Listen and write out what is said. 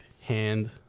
hand